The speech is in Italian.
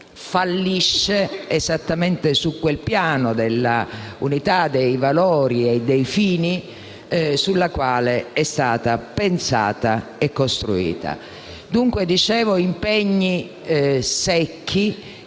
fallisce esattamente su quel piano dell'unità dei valori e dei fini sul quale è stata pensata e costruita. Gli impegni secchi